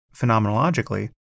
phenomenologically